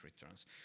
returns